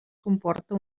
comporta